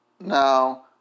Now